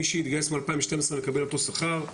מי שהתגייס מ-2012 מקבל אותו שכר,